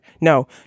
No